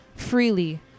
freely